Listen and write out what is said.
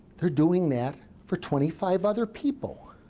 they're doing that for twenty five other people.